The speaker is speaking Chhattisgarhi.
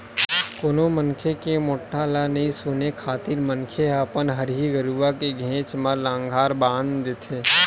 कोनो मनखे के मोठ्ठा ल नइ सुने खातिर मनखे ह अपन हरही गरुवा के घेंच म लांहगर बांधे देथे